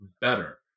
better